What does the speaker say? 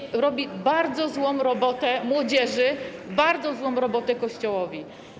To robi bardzo złą robotę młodzieży, bardzo złą robotę Kościołowi.